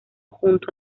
junto